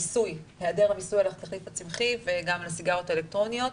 היעדר המיסוי על התחליף הצמחי וגם על הסיגריות האלקטרוניות.